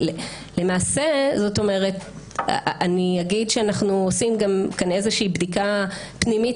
למעשה אני אגיד שאנחנו עושים גם כאן איזושהי בדיקה פנימית